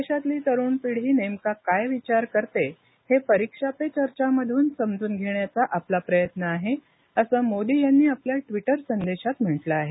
देशातली तरुण पिढी नेमका काय विचार करते हे परीक्षा पे चर्चा मधून समजून घेण्याचा आपला प्रयत्न आहे असं मोदी यांनी आपल्या ट्वीटर संदेशात म्हटलं आहे